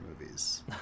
movies